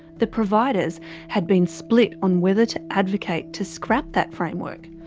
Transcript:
the providers had been split on whether to advocate to scrap that framework,